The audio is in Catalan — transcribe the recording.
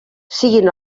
siguin